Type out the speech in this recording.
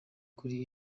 kuri